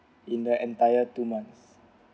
in the entire two months